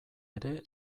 ere